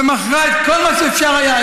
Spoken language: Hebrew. ומכרה את כל מה שאפשר היה.